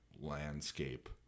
landscape